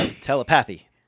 Telepathy